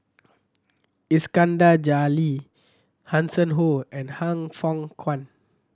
Iskandar Jalil Hanson Ho and Han Fook Kwang